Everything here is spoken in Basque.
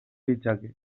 ditzake